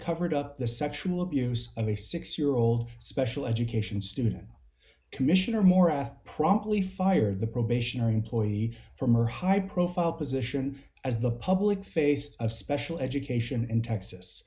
covered up the sexual abuse of a six year old special education student commissioner maura promptly fired the probationary employee from her high profile position as the public face of special education in texas